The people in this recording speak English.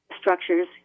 structures